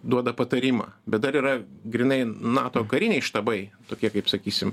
duoda patarimą bet dar yra grynai nato kariniai štabai tokie kaip sakysim